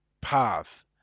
path